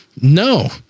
No